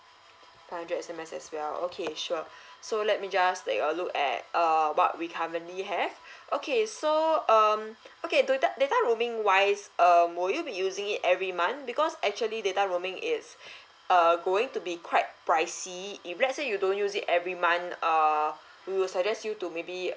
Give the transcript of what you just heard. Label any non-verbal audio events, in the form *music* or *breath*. five hundred S_M_S as well okay sure *breath* so let me just take a look at err what we currently have *breath* okay so um okay data data roaming wise um would you be using it every month because actually data roaming is *breath* err going to be quite pricey if let's say you don't use it every month err we will suggest you to maybe